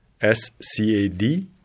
S-C-A-D